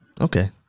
Okay